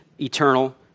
eternal